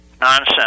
nonsense